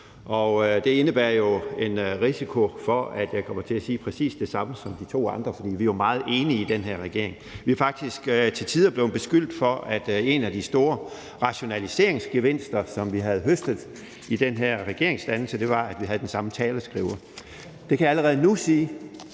Det indebærer jo en risiko for, at jeg kommer til at sige præcis det samme som de to andre, for vi er meget enige i den her regering. Vi er faktisk til tider blevet beskyldt for, at en af de store rationaliseringsgevinster, som vi havde høstet i den her regeringsdannelse, var, at vi havde den samme taleskriver. Jeg kan allerede nu sige,